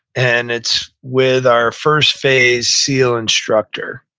and it's with our first phase seal instructor.